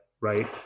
right